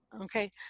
Okay